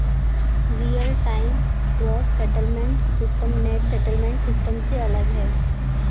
real time gross settlement system net settlement system से अलग है